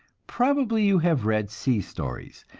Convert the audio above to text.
probably you have read sea stories,